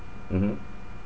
mmhmm